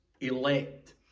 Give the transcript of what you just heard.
elect